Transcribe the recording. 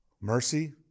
Mercy